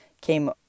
came